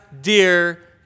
dear